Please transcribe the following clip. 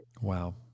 wow